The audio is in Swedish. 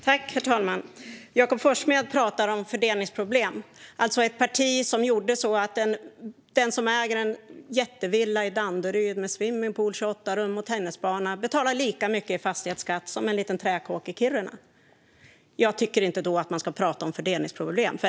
Herr talman! Jakob Forssmed från Kristdemokraterna talar om fördelningsproblem, alltså ett parti som såg till att den som äger en jättevilla i Danderyd med swimmingpool, 28 rum och tennisbana betalar lika mycket i fastighetsskatt som den som äger en liten träkåk i Kiruna. Då tycker jag inte att man ska tala om fördelningsproblem.